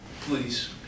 Please